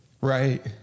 Right